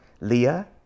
Leah